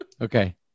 Okay